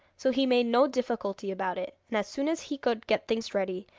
so he made no difficulty about it and as soon as he could get things ready,